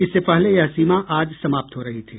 इससे पहले यह सीमा आज समाप्त हो रही थी